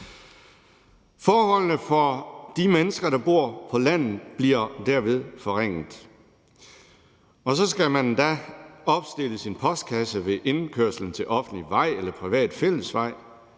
Forholdene for de mennesker, der bor på landet, bliver derved forringet. Og så skal man endda opstille sin postkasse ved indkørslen til offentlig vej eller privat fællesvej,